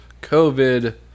COVID